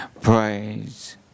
Praise